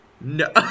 no